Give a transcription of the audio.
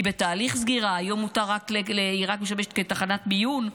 היא בתהליך סגירה, היום היא רק משמשת כתחנת מיון,